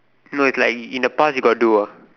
no is like in the past you got do ah